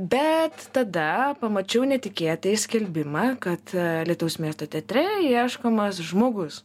bet tada pamačiau netikėtai skelbimą kad alytaus miesto teatre ieškomas žmogus